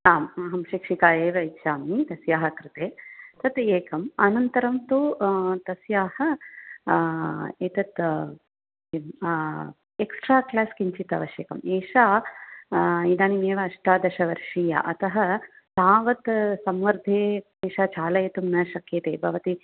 आम् शिक्षिकाः एव इच्छामि तस्याः कृते तत एकम् अनन्तरं तु तस्याः एतत् एक्सट्रा क्लास् किञ्चित् आवश्यकम् एषा इदानीं एव अष्टादशवर्षीया अतः तावत् समर्थे एषा चालयितुं न शक्यते भवति